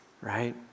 right